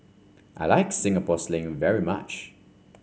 I Like Singapore Sling very much